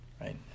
right